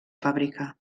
fàbrica